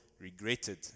regretted